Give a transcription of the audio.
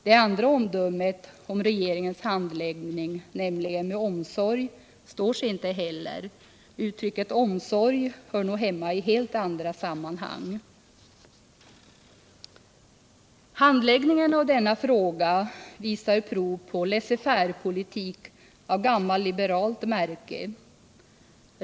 Det andra omdömet när det gäller regeringens handläggning, nämligen att regeringen behandlat frågan ”med omsorg”, står sig inte heller. Uttrycket ”med omsorg” hör hemma i helt andra sammanhang. Handläggningen av denna fråga visar i stället prov på en laisser-faire-politik av gammal-liberalt märke.